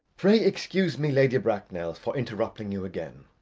pray excuse me, lady bracknell, for interrupting you again,